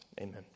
Amen